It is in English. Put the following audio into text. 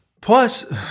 Plus